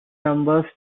numbers